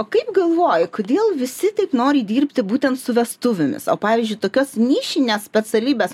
o kaip galvoji kodėl visi taip nori dirbti būtent su vestuvėmis o pavyzdžiui tokias nišines specialybes